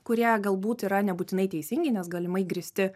kurie galbūt yra nebūtinai teisingi nes galimai grįsti